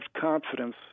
confidence